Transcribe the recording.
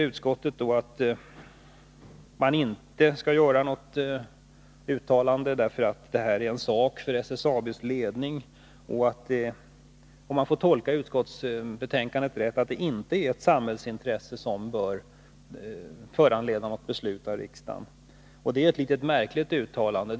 Utskottet säger att riksdagen inte skall göra något uttalande, därför att det här är en sak för SSAB:s ledning och att det, om jag tolkar utskottsbetänkandet rätt, inte är ett samhällsintresse som bör föranleda något beslut av riksdagen. Detta är ett märkligt uttalande.